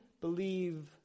believe